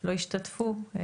לא השתתפו.